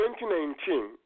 2019